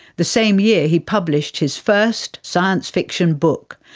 the same year he published his first science fiction book,